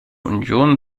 union